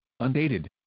Undated